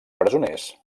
presoners